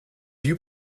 you